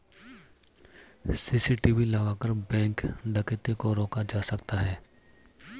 CCTV लगाकर bank डकैती को रोका जा सकता है